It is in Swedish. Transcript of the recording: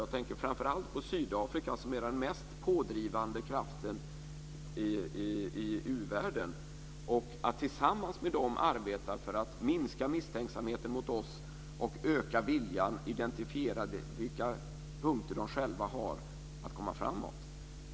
Jag tänker framför allt på Sydafrika som är den mest pådrivande kraften i u-världen. Vi kan tillsammans med dem arbeta för att minska misstänksamheten mot oss och öka viljan att identifiera vilka punkter de själva har för att komma framåt.